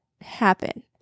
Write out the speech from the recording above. happen